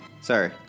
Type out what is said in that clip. Sorry